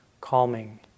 calming